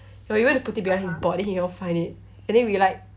ya we went to put it behind his board then he cannot find it and then we like